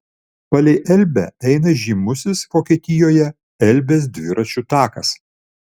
palei elbę eina žymusis vokietijoje elbės dviračių takas